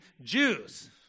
Jews